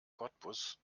cottbus